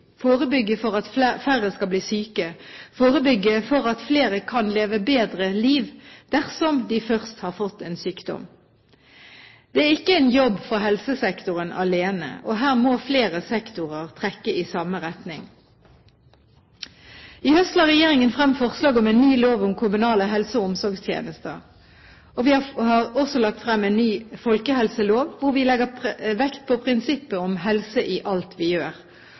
forebygge for at færre skal bli syke, og forebygge for at flere kan leve bedre liv dersom de først har fått en sykdom. Det er ikke en jobb for helsesektoren alene. Her må flere sektorer trekke i samme retning. I høst la regjeringen frem forslag om en ny lov om kommunale helse- og omsorgstjenester. Vi har også lagt frem en ny folkehelselov, hvor vi legger vekt på prinsippet om helse i alt vi gjør.